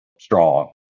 strong